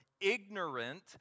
ignorant